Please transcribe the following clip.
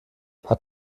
hat